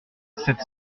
cette